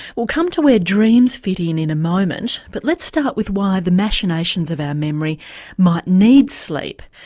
we'll come to where dreams fit in in a moment but let's start with why the machinations of our memory might need sleep.